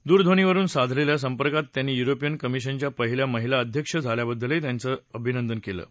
दूरध्वनीवरुन साधलेल्या संपर्कात त्यांनी यूरोपियन कमिशनच्या पहिल्या महिला अध्यक्ष झाल्याबद्दलही आनंद व्यक्त केला आहे